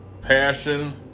passion